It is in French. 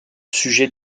sujet